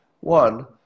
One